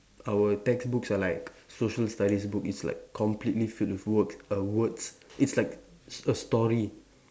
our textbooks are like social studies book it's like completely filled with work err words it's like a a story